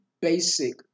basic